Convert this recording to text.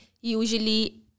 usually